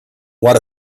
what